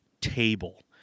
table